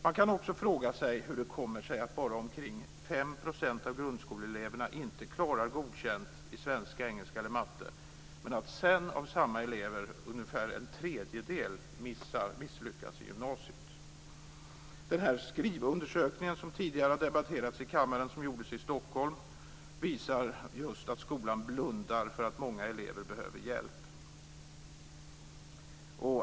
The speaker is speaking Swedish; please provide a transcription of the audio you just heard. Man kan också fråga sig hur det kommer sig att bara omkring 5 % av grundskoleeleverna inte klarar godkänt i svenska, engelska eller matte, men att sedan av samma elever ungefär en tredjedel misslyckas i gymnasiet. Den skrivundersökning som tidigare har debatterats i kammaren, som gjordes i Stockholm, visar att skolan blundar för att många elever behöver hjälp.